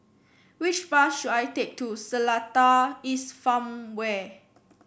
which bus should I take to Seletar East Farmway